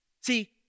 See